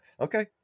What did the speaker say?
okay